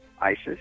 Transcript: ISIS